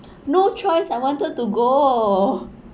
no choice I wanted to go